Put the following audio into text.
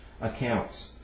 accounts